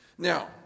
Now